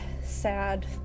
sad